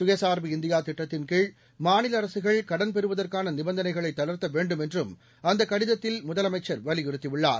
சுயசார்பு இந்தியா திட்டத்தின்கீழ் மாநில அரசுகள் கடன் பெறுவதற்கான நிபந்தனைகளை தளர்த்த வேண்டும் என்றும் அந்தக் கடிதத்தில் முதலமைச்சர் வலியுறுத்தியுள்ளார்